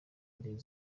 ari